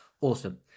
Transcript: Awesome